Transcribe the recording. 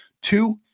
two